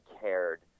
cared